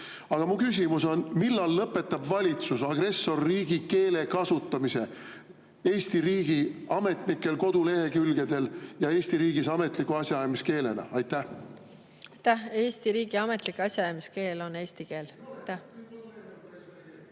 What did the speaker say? Aga mu küsimus on selline. Millal lõpetab valitsus agressorriigi keele kasutamise Eesti riigi ametlikel kodulehekülgedel ja Eesti riigis ametliku asjaajamiskeelena? Aitäh! Eesti riigi ametlik asjaajamiskeel on eesti keel. (Mart